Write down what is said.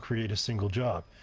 create a single job.